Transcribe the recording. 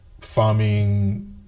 farming